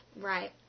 Right